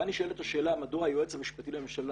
כאן נשאלת השאלה מדוע היועץ המשפטי לממשלה,